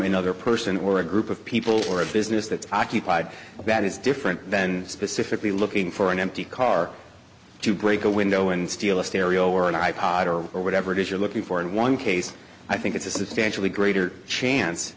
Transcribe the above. another person or a group of people or a business that's occupied that is different than specifically looking for an empty car to break a window and steal a stereo or an i pod or or whatever it is you're looking for in one case i think it's a substantially greater chance